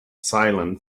silent